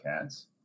cats